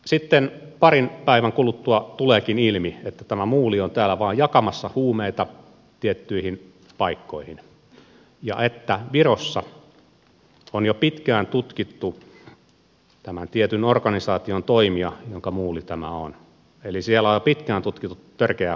sitten parin päivän kuluttua tuleekin ilmi että muuli on täällä vain jakamassa huumeita tiettyihin paikkoihin ja virossa on jo pitkään tutkittu tämän tietyn organisaation jonka muuli tämä on toimia eli siellä on jo pitkään tutkittu törkeää huumausainerikosta